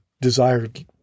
desired